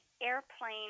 airplane